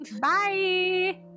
Bye